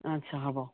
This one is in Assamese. আছা হ'ব